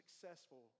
successful